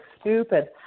stupid